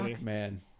man